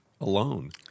alone